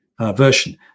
version